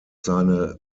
seine